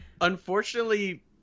unfortunately